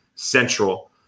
central